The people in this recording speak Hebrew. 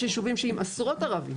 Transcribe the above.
יש ישובים שעם עשרות ערבים.